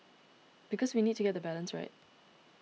because we need to get the balance right